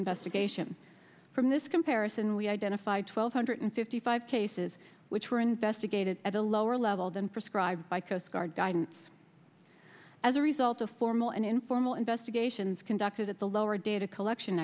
investigation from this comparison we identified twelve hundred fifty five cases which were investigated at a lower level than prescribed by coast guard guidance as a result of formal and informal investigations conducted at the lower data collection